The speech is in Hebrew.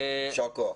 יישר כוח.